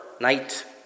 night